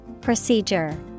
Procedure